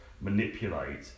manipulate